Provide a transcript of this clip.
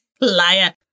Liar